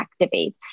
activates